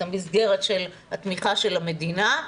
את המסגרת של התמיכה של המדינה.